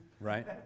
Right